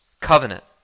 covenant